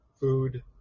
food